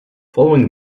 following